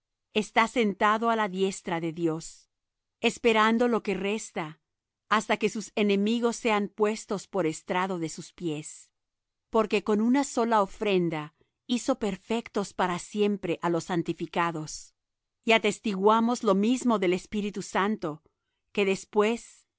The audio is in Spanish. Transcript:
está sentado á la diestra de dios esperando lo que resta hasta que sus enemigos sean puestos por estrado de sus pies porque con una sola ofrenda hizo perfectos para siempre á los santificados y atestíguanos lo mismo el espíritu santo que después